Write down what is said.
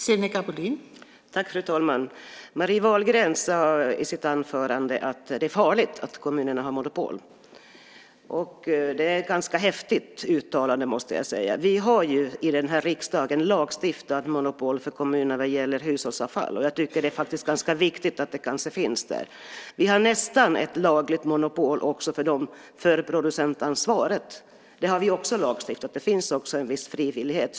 Fru talman! Marie Wahlgren sade i sitt anförande att det är farligt att kommunerna har monopol. Det är ett ganska häftigt uttalande, måste jag säga. Vi har i den här riksdagen lagstiftat om monopol för kommunerna för hushållsavfall. Jag tycker att det är ganska viktigt att det finns. Vi har nästan ett lagligt monopol också för producentansvaret. Det har vi också lagstiftat om. Där finns en viss frivillighet.